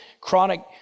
chronic